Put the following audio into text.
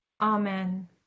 Amen